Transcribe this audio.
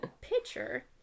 picture